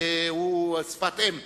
הוא שפת אם.